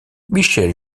michel